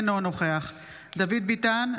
אינו נוכח דוד ביטן,